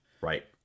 Right